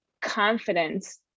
confidence